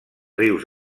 rius